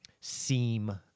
seem